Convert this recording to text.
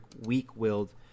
weak-willed